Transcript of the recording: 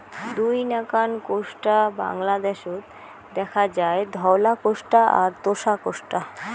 দুই নাকান কোষ্টা বাংলাদ্যাশত দ্যাখা যায়, ধওলা কোষ্টা আর তোষা কোষ্টা